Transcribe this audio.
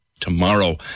tomorrow